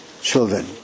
children